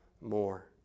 more